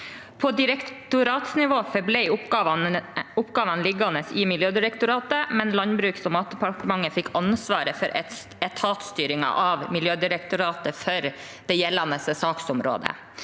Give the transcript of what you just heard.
På direktoratsnivå forble oppgavene liggende i Miljødirektoratet, men Landbruks- og matdepartementet fikk ansvaret for etatsstyringen av Miljødirektoratet for det gjeldende saksområdet.